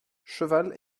cheval